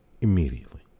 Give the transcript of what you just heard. immediately